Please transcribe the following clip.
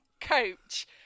coach